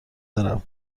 دارم